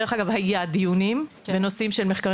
דרך אגב היו דיונים בנושאים של מחקר